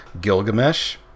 Gilgamesh